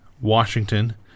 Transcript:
Washington